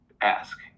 ask